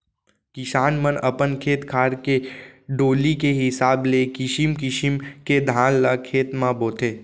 किसान मन अपन खेत खार के डोली के हिसाब ले किसिम किसिम के धान ल खेत म बोथें